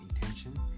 intention